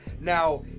Now